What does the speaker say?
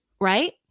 right